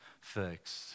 fixed